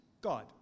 God